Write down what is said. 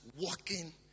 walking